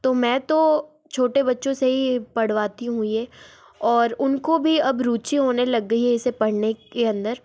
तो मैं तो छोटे बच्चों से ही पढ़वाती हूँ ये और उनको भी अब रुचि होने लग गई है इसे पढ़ने के अंदर